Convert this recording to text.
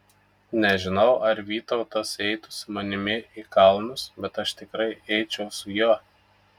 nežinau ar vytautas eitų su manimi į kalnus bet aš tikrai eičiau su juo